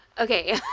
Okay